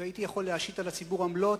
והייתי יכול להשית על הציבור עמלות,